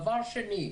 דבר שני,